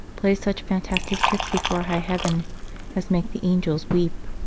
plays such fantastic tricks before high heaven as make the angels weep.